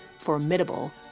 formidable